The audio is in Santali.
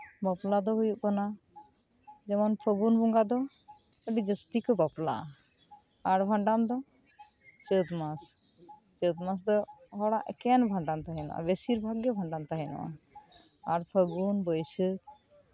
ᱵᱟᱯᱞᱟ ᱫᱚ ᱦᱩᱭᱩᱜ ᱠᱟᱱᱟ ᱡᱮᱢᱚᱱ ᱯᱷᱟᱹᱜᱩᱱ ᱵᱚᱸᱜᱟ ᱫᱚ ᱟᱹᱰᱤ ᱡᱟᱹᱥᱛᱤ ᱠᱚ ᱵᱟᱯᱞᱟᱜᱼᱟ ᱟᱨ ᱵᱷᱟᱸᱰᱟᱱ ᱫᱚ ᱪᱟᱹᱛ ᱢᱟᱥ ᱪᱟᱹᱛ ᱢᱟᱥ ᱫᱚ ᱦᱚᱲᱟᱜ ᱮᱠᱮᱱ ᱵᱷᱟᱸᱰᱟᱱ ᱛᱟᱸᱦᱮᱱᱟ ᱟᱨ ᱵᱮᱹᱥᱤᱨ ᱵᱷᱟᱜᱽ ᱜᱮ ᱵᱷᱟᱸᱰᱟᱱ ᱛᱟᱦᱮᱸᱱᱚᱜᱼᱟ ᱟᱨ ᱯᱷᱟᱹᱜᱩᱱ ᱵᱟᱹᱭᱥᱟᱹᱠᱷ